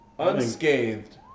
Unscathed